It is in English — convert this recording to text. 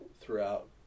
throughout